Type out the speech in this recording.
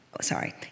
Sorry